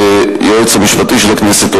ליועץ המשפטי של הכנסת,